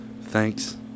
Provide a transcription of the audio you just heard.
Thanks